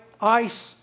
Ice